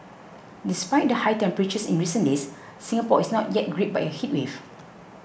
despite the high temperatures in recent days Singapore is not yet gripped by a heatwave